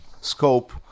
scope